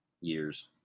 years